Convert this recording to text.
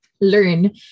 learn